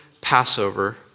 Passover